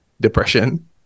depression